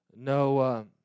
No